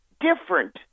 different